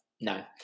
no